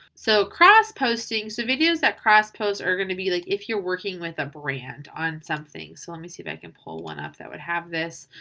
so crossposting, so videos that crosspost are going to be like if you're working with a brand on something. so let me see if i can pull one up that would have this.